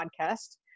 podcast